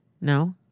No